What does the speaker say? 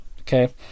Okay